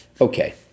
Okay